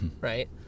Right